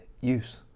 use